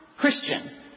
Christian